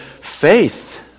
faith